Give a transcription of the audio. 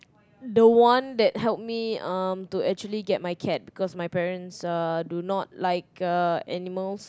the one that help me um to actually get my cat because my parents uh do not like uh animals